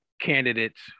candidates